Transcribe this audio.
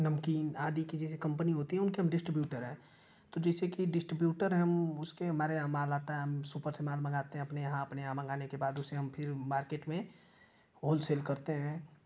नमक़ीन आदि की जैसे कम्पनी होती है उनके हम डिस्ट्रीब्यूटर हैं तो जैसे कि डिस्ट्रीब्यूटर हैं हम उसके हमारे यहाँ माल आता है हम सुपर से माल मँगाते हैं अपने यहाँ अपने यहाँ मँगाने के बाद उसे हम फिर मार्केट में होलसेल करते हैं